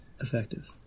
Effective